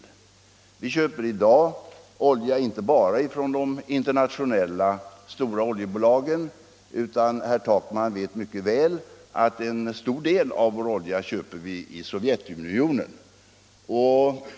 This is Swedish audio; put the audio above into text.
I dag köper vi olja inte bara från de stora internationella oljebolagen, utan herr Takman vet mycket väl att en stor del: av vår olja köper vi från Sovjetunionen.